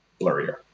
blurrier